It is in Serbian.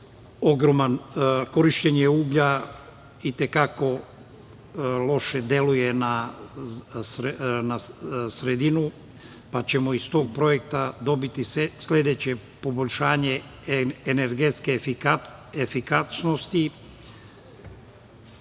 da korišćenje uglja i te kako loše deluje na sredinu, pa ćemo iz tog projekta dobiti sledeće poboljšanje energetske efikasnosti.